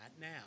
now